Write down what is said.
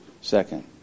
Second